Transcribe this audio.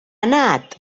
anat